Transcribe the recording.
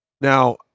Now